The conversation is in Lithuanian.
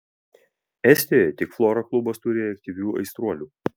estijoje tik flora klubas turi aktyvių aistruolių